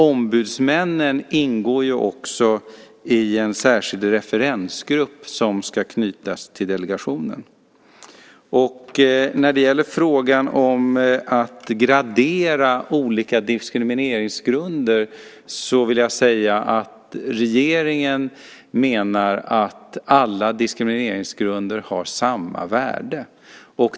Ombudsmännen ingår också i en särskild referensgrupp som ska knytas till delegationen. När det gäller frågan om att gradera olika diskrimineringsgrunder vill jag säga att regeringen menar att alla diskrimineringsgrunder har samma värde.